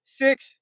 Six